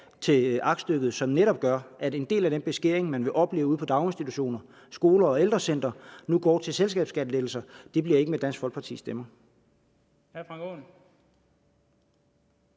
til aktstykket, som netop gør, at en del af den beskæring, man vil opleve ude på daginstitutioner, skoler og ældrecentre nu går til selskabsskattelettelser. Det bliver ikke med Dansk Folkepartis stemmer.